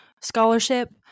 scholarship